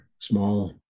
small